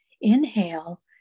inhale